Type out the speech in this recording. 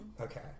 okay